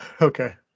Okay